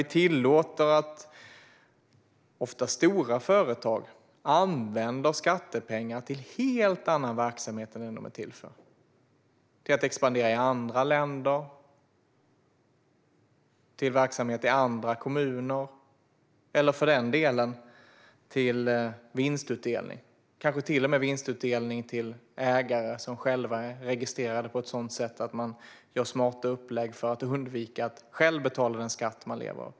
Vi tillåter ofta stora företag att använda skattepengar till en helt annan verksamhet än den som de är till för - till att expandera i andra länder, till verksamhet i andra kommuner eller för den delen till vinstutdelning, kanske till och med vinstutdelning till ägare som är registrerade på ett sådant sätt att de kan göra smarta upplägg för att undvika att betala den skatt de lever av.